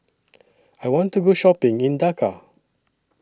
I want to Go Shopping in Dhaka